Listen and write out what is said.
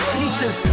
teachers